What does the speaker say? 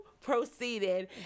proceeded